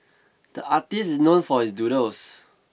the artist is known for his doodles